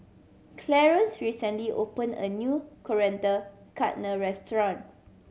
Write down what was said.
Clarence recently opened a new Coriander Chutney restaurant